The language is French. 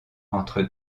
entre